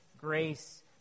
Grace